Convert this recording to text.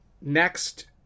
Next